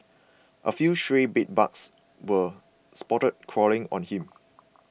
a few stray bedbugs were spotted crawling on him